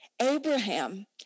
Abraham